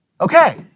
Okay